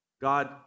God